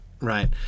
right